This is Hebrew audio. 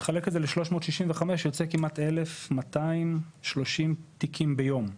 תחלק את זה ל-365 זה יוצא כמעט 1,230 תיקים ביום.